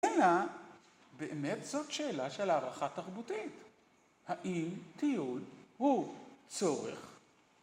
אינה באמת זאת שאלה של הערכה תרבותית האם טיול הוא צורך